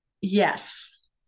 Yes